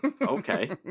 Okay